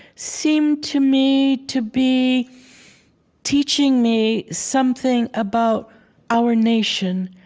seemed to me to be teaching me something about our nation,